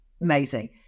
Amazing